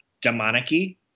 demonic-y